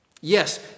Yes